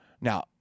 Now